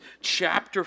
chapter